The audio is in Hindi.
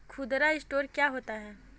खुदरा स्टोर क्या होता है?